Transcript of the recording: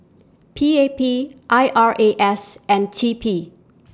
P A P I R A S and T P